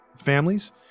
families